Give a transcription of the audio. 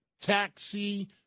taxi